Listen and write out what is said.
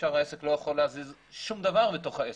העסק לא יכול להזיז שום דבר בתוך העסק.